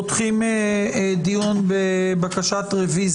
מכובדיי, אני פותח את הדיון בבקשה רוויזיה